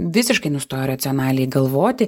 visiškai nustoja racionaliai galvoti